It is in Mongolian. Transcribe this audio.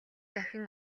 дахин